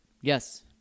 Yes